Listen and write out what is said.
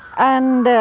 and,